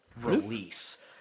release